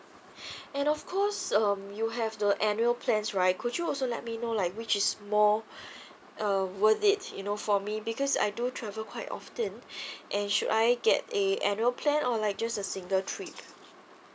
and of course um you have the annual plans right could you also let me know like which is more uh worth it you know for me because I do travel quite often and should I get a annual plan or like just a single trip